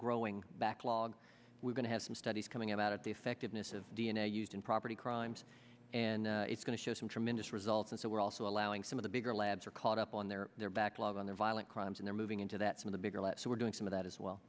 growing backlog we're going to have some studies coming out of the effectiveness of d n a used in property crimes and it's going to show some tremendous results and so we're also allowing some of the bigger labs are caught up on their their backlog on their violent crimes and they're moving into that from the bigger let so we're doing some of that as well